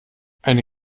eine